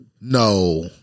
no